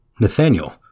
Nathaniel